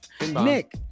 Nick